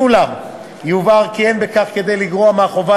ואולם יובהר כי אין בכך כדי לגרוע מהחובה